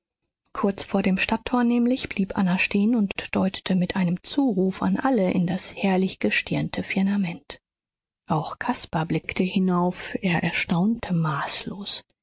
kurz vor dem stadttor nämlich blieb anna stehen und deutete mit einem zuruf an alle in das herrlich gestirnte firmament auch caspar blickte hinauf er erstaunte maßlos